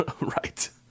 Right